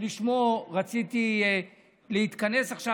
שלשמו רציתי להתכנס עכשיו.